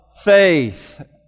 faith